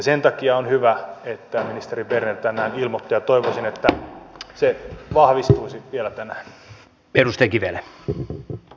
sen takia on hyvä että ministeri berner tänään ilmoitti siitä ja toivoisin että se vahvistuisi vielä tänään